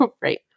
Right